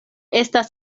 estas